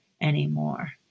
anymore